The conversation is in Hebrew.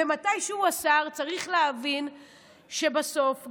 ומתישהו השר צריך להבין שבסוף,